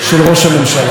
אתם יודעים מה,